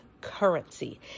currency